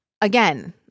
Again